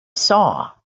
saw